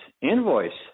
invoice